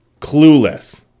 Clueless